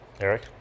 Eric